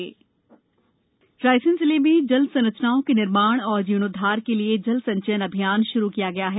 जल संचयन रायसेन जिले में जल संरचनाओं के निर्माण और जीर्णोद्धार के लिए जल संचयन अभियान प्रारंभ किया गया है